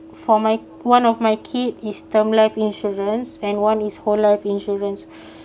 for my one of my kid is term life insurance and one is whole life insurance